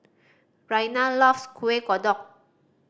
Raina loves Kueh Kodok